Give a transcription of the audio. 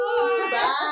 Bye